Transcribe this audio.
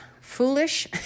foolish